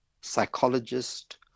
psychologist